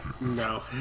No